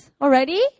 already